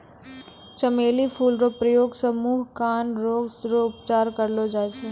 चमेली फूल रो प्रयोग से मुँह, कान रोग रो उपचार करलो जाय छै